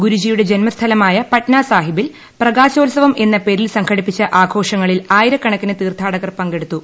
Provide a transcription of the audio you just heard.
ഗുരുജിയുടെ ജന്മസ്ഥലമായ പട്ന സാഹിബിൽ പ്രകാശോത്സവം എന്ന പേരിൽ സംഘടിപ്പിച്ച ആഘോഷങ്ങളിൽ ആയിരക്കണക്കിന് തീർത്ഥാടകർ പങ്കെടുത്തു